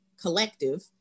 collective